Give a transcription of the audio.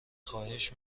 خواهش